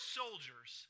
soldiers